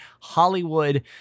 Hollywood